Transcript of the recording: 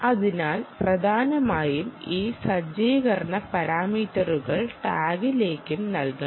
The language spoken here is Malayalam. അതിനാൽ പ്രധാനമായും ഈ സജ്ജീകരണ പാരാമീറ്ററുകൾ ടാഗിലേക്കും നൽകണം